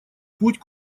путь